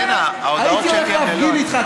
הייתי הולך להפגין איתך.